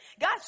God